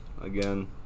again